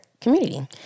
community